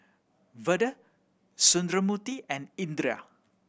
Vedre Sundramoorthy and Indira